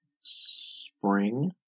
Spring